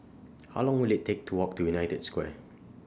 How Long Will IT Take to Walk to United Square